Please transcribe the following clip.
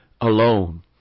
alone